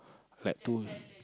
like two